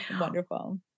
Wonderful